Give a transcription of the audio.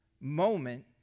moment